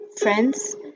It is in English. friends